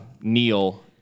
Neil